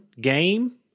game